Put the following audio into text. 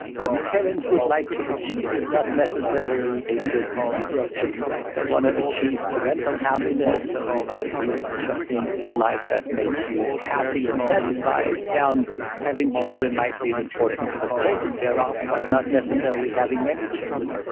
but parents would like to achieve is not necessarily a certain number of children, right? they want to achieve parental happiness, so you want to do a bunch of things in life that make you happy and satisfied, and having children might be an important component thereof but not necessarily having many children.